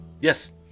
Yes